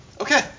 Okay